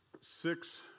six